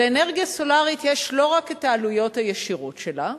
אז לאנרגיה סולרית יש לא רק העלויות הישירות שלה,